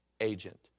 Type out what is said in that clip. agent